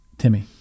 Timmy